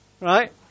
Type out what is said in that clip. right